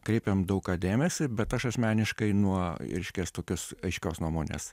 kreipiam daug ką dėmesį bet aš asmeniškai nuo reiškias tokios aiškios nuomonės